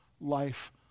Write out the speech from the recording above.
life